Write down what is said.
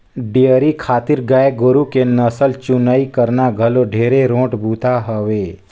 dairy खातिर गाय गोरु के नसल चुनई करना घलो ढेरे रोंट बूता हवे